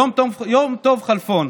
יום טוב כלפון,